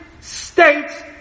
states